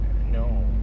No